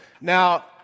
Now